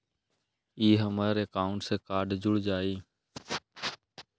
ई हमर अकाउंट से कार्ड जुर जाई?